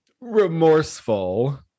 remorseful